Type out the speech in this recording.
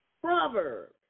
Proverbs